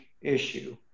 issue